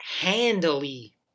handily